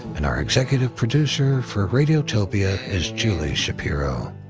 and our executive producer for radiotopia is julie shapiro.